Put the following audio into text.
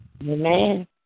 Amen